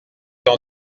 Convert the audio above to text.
dans